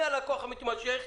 אני הלקוח המתמשך.